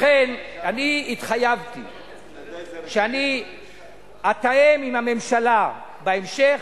לכן אני התחייבתי שאני אתאם עם הממשלה בהמשך.